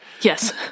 yes